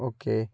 okay